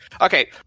Okay